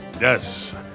Yes